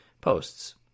posts